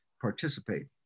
participate